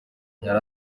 yari